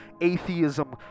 atheism